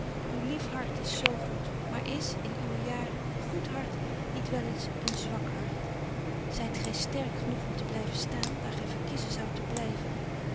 uw lief hart is zo goed maar is in uwe jaren een goed hart niet wel eens een zwak hart zyt gy sterk genoeg om te blyven staan daar gy verkiezen zoudt te blyven